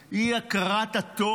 אי-הכרת הטוב